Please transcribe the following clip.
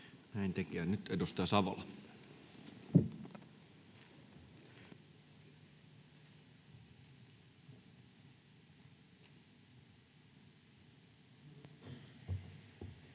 Näin teki. — Ja nyt edustaja Savola.